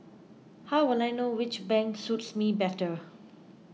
how will I know which bank suits me better